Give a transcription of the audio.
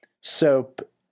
Soap